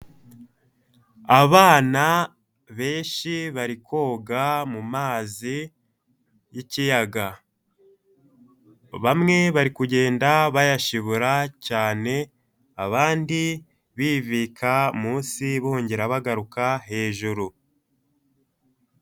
Abana benshi bari koga mu mazi y'ikiyaga. Bamwe bari kugenda bayashibura cyane, abandi bibika munsi, bongera bagaruka hejuru.